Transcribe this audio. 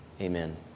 Amen